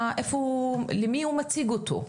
ההיתר למי הוא מציג אותו בעצם?